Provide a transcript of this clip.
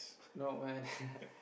not when